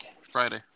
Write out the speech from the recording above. Friday